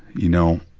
you know,